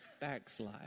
backslide